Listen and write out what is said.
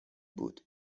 بود